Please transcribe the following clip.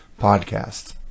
podcast